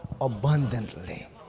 abundantly